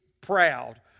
proud